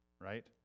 right